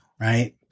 Right